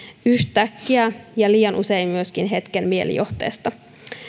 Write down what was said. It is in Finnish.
yhtäkkiä ja liian usein myöskin hetken mielijohteesta